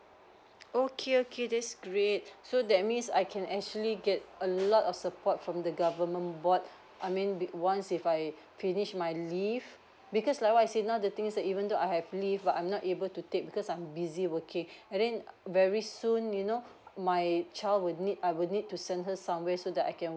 okay okay that's great so that means I can actually get a lot of support from the government board I mean bec~ once if I finished my leave because like what I said now the thing is even though I have leave but I'm not able to take because I'm busy working and then very soon you know my child will need I will need to send her somewhere so that I can